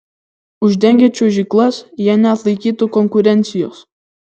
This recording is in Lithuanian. uždengę čiuožyklas jie neatlaikytų konkurencijos